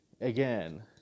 again